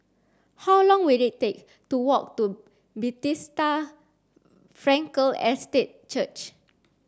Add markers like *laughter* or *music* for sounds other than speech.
how long will it take to walk to *unintelligible* Frankel Estate Church